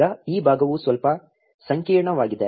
ಈಗ ಈ ಭಾಗವು ಸ್ವಲ್ಪ ಸಂಕೀರ್ಣವಾಗಿದೆ